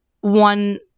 one